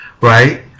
right